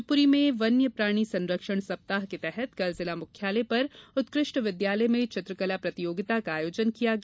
शिवपुरी में वन्य प्राणी संरक्षण सप्ताह के तहत कल जिला मुख्यालय पर उत्कृष्ट विद्यालय में चित्रकला प्रतियोगिता का आयोजन किया गया